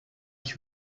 ich